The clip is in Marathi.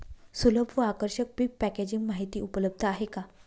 सुलभ व आकर्षक पीक पॅकेजिंग माहिती उपलब्ध आहे का?